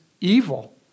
evil